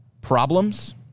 problems